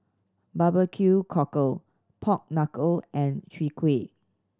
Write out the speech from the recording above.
barbecue cockle pork knuckle and Chwee Kueh